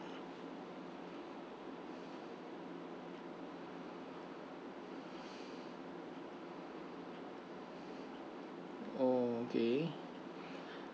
oh okay